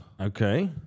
Okay